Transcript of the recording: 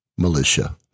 Militia